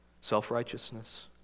Self-righteousness